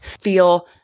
feel